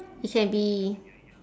it can be